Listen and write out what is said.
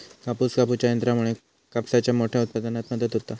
कापूस कापूच्या यंत्रामुळे कापसाच्या मोठ्या उत्पादनात मदत होता